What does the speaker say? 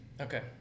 Okay